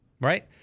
right